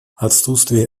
отсутствие